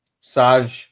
Saj